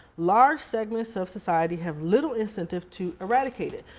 large segments of society have little incentive to eradicate it.